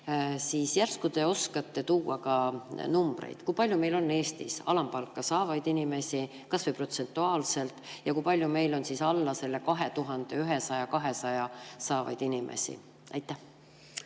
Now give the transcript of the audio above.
Järsku te oskate tuua ka numbreid, kui palju meil on Eestis alampalka saavaid inimesi, kas või protsentuaalselt, ja kui palju meil on alla selle 2100–2200 [euro] saavaid inimesi? Suur